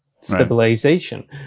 Stabilization